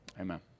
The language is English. Amen